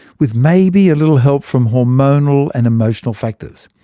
with maybe a little help from hormonal and emotional factors.